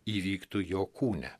įvyktų jo kūne